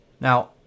Now